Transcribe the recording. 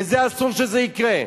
וזה אסור שזה יקרה.